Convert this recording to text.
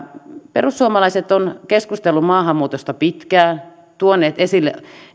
perussuomalaiset ovat keskustelleet maahanmuutosta pitkään tuoneet esille